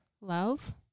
Love